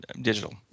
digital